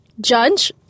Judge